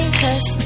cause